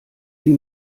sie